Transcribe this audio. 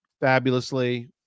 fabulously